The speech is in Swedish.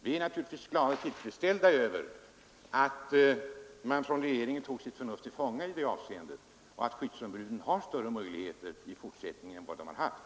Vi är naturligtvis glada och tillfredsställda över att regeringen tog sitt förnuft till fånga i det avseendet och att skyddsombuden får större möjligheter i fortsättningen än vad de har haft.